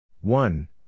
One